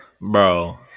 Bro